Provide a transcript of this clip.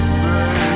say